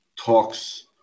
talks